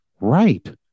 right